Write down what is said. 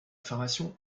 formation